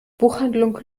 buchhandlung